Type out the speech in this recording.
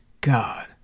God